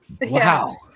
Wow